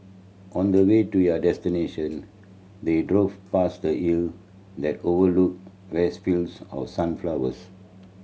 on the way to their destination they drove past a hill that overlooked vast fields of sunflowers